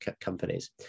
companies